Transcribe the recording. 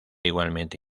igualmente